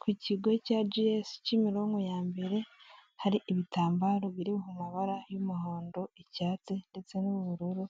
Ku kigo cya ji esi Kimironko ya mbere, hari ibitambaro biri mu mabara y'umuhondo, icyatsi ndetse n'ubururu